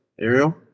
Ariel